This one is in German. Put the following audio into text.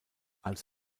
als